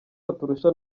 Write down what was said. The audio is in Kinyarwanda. baturusha